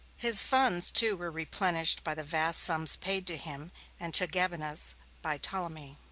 his funds, too, were replenished by the vast sums paid to him and to gabinius by ptolemy.